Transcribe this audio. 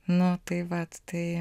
nu tai vat tai